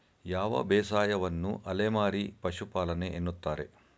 ಯಾವ ಬೇಸಾಯವನ್ನು ಅಲೆಮಾರಿ ಪಶುಪಾಲನೆ ಎನ್ನುತ್ತಾರೆ?